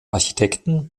architekten